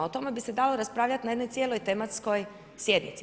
O tome bi se dalo raspravljati na jednoj cijeloj tematskoj sjednici.